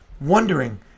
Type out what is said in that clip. wondering